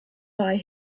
buy